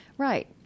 Right